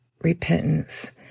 repentance